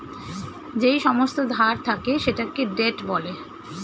যেই সমস্ত ধার থাকে সেটাকে ডেট বলে